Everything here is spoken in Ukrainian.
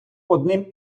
одним